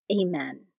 Amen